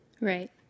Right